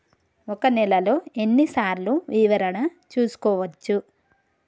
ఒక నెలలో ఎన్ని సార్లు వివరణ చూసుకోవచ్చు?